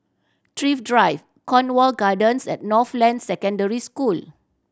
Thrift Drive Cornwall Gardens and Northland Secondary School